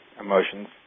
emotions